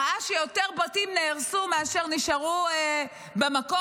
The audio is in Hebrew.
ראה שיותר בתים נהרסו מאשר נשארו במקום?